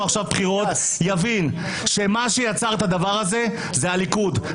בחירות יבין שמה שיצר את הדבר הזה זה הליכוד.